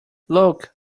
look